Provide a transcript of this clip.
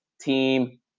team